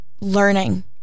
Learning